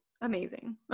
amazing